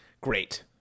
Great